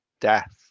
death